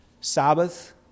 sabbath